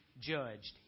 judged